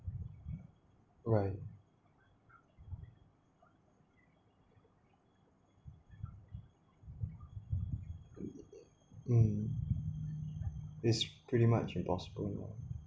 right mm is pretty much impossible lah